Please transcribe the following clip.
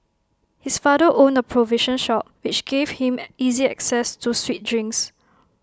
his father owned A provision shop which gave him easy access to sweet drinks